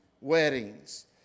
weddings